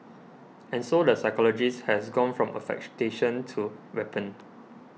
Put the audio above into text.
and so the psychologist has gone from affectation to weapon